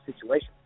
situation